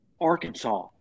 Arkansas